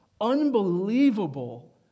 unbelievable